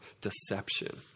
deception